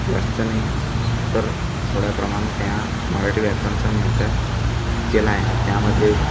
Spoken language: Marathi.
जास्त नाही तर थोड्या प्रमाणात ह्या मराठी व्याकरणचा मी अभ्यास केला आहे त्यामध्ये